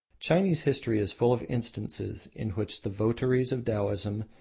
chinese history is full of instances in which the votaries of taoism,